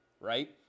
right